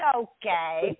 okay